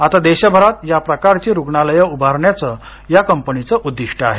आता देशभरात प्रकारची रुग्णालयं उभारण्याचं या कंपनीचं उद्दीष्ट आहे